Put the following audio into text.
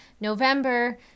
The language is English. November